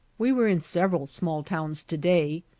we were in several small towns to-day,